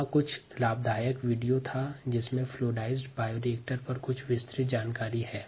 slide time 0343 में video link हैं जिसमें फ्लुइडाइज्ड बेड बायोरिएक्टर पर विस्तृत जानकारी है